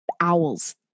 owls